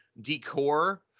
decor